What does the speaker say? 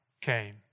came